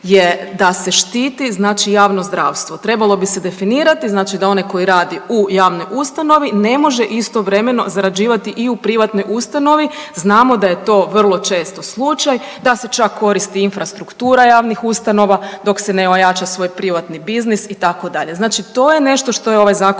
je da se štiti znači javno zdravstvo. Trebalo bi se definirati znači da onaj koji radi u javnoj ustanovi ne može istovremeno zarađivati i u privatnoj ustanovi. Znamo da je to vrlo često slučaj da se čak koristi infrastruktura javnih ustanova dok ne ojača svoj privatni biznis itd. Znači to je nešto što je ovaj Zakon